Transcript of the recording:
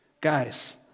guys